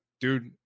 Dude